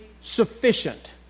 sufficient